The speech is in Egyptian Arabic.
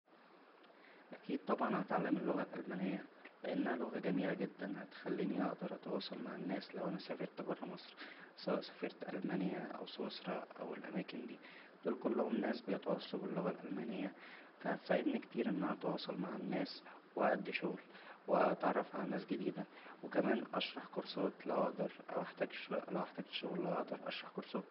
اكيد طبعا هتعلم اللغة الالمانيه لانها لغة جميله جدا هتخلينى اقدر اتواصل مع الناس لو انا سافرت برا مصر سواء سافرت المانيا او سويسرا او الاماكن دى دول كلهم ناس بيتواصلوا باللغه الالمانيه فا هتساعدنى كتير ان انا اتواصل مع الناس و اادى شغل و اتعرف على ناس جديده و كمان اشرح كورسات لو اقدر اوحتج- لو احتاجت شغل اقدر اشرح كورسات